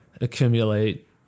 accumulate